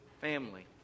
family